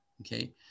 okay